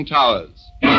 Towers